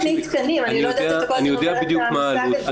אני לא יודעת, אתה כל הזמן אומר את המושג הזה.